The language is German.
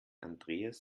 andreas